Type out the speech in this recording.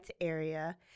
area